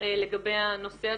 לגבי הנושא הזה.